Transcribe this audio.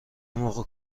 موقع